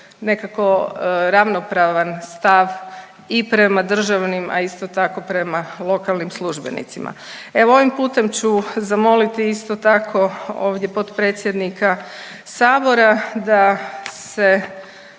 nekako ravnopravan stav i prema državnim, a isto tako prema lokalnim službenicima. Evo ovim putem ću zamoliti isto tako ovdje potpredsjednika sabora da se